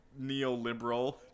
neoliberal